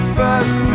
first